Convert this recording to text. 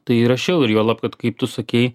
tai rašiau ir juolab kad kaip tu sakei